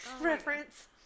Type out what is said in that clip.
reference